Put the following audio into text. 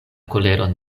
koleron